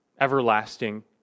everlasting